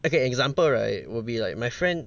okay example right will be like my friend